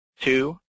two